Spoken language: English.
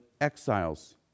exiles